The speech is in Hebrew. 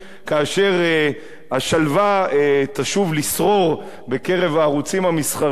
כאשר השלווה תשוב לשרור בקרב הערוצים המסחריים,